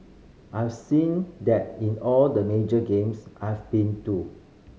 I've seen that in all the major games I've been too